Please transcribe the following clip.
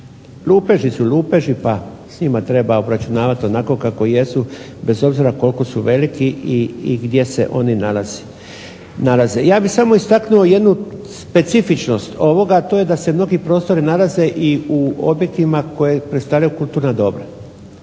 Lupeži su lupeži pa s njima treba obračunavat onako kako jesu, bez obzira kolko su veliki i gdje se oni nalaze. Ja bih samo istaknuo jednu specifičnost ovoga a to je da se mnogi prostori nalaze i u objektima koje predstavljaju kulturna dobra.